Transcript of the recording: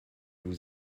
vous